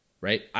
Right